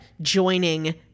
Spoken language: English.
joining